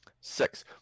Six